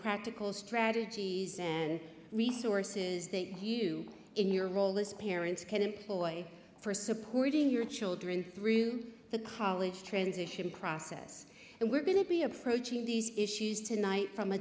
practical strategies and resources that you in your role as parents can employ for supporting your children through the college transition process and we're going to be approaching these issues tonight from a